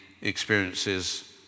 experiences